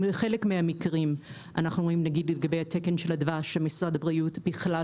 חלק מהמקרים אנחנו אומרים נגיד לגבי התקן של הדבש שמשרד הבריאות בכלל